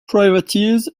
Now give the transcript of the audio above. privateers